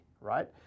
right